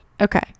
Okay